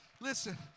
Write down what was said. Listen